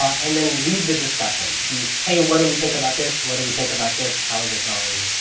and then lead the discussion. be, hey, what do we think about this? what do we think about this? how is it going?